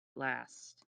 last